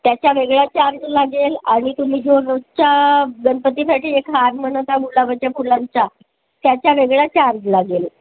त्याच्या वेगळा चार्ज लागेल आणि तुम्ही जो रोजच्या गणपतीसाठी एक हार म्हणत हा गुलाबाच्या फुलांचा त्याच्या वेगळा चार्ज लागेल